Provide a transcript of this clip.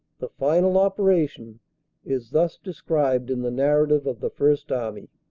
the final operation is thus described in the narrative of the first army